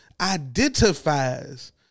identifies